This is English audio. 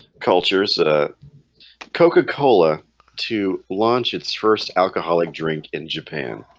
cultures a coca-cola to launch its first alcoholic drink in japan